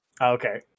Okay